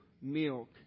milk